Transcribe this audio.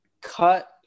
cut